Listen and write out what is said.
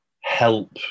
help